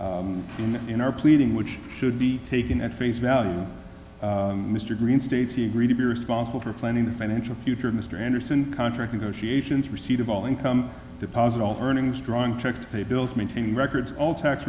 in in our pleading which should be taken at face value mr green states he agreed to be responsible for planning the financial future of mr anderson contract negotiations receipt of all income deposit all earnings drawing checks to pay bills maintaining records all tax